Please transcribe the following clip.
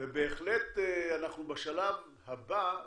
ובהחלט אנחנו בשלב הבא,